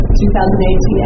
2018